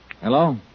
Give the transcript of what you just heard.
Hello